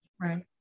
Right